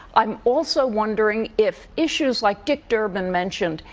i'm also wondering if issues like dick durbin mentioned,